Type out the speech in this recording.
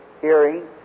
hearing